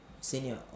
senior